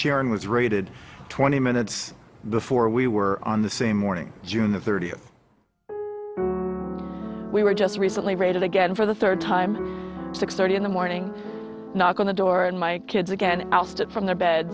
sharon was raided twenty minutes before we were on the same morning june thirtieth we were just recently raided again for the third time six thirty in the morning knock on the door and my kids again ousted from their bed